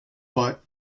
but